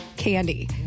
Candy